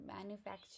manufacture